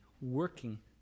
working